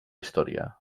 història